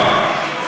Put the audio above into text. אמרתי הרג.